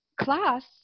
class